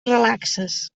relaxes